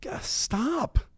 stop